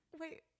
Wait